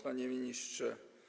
Panie Ministrze!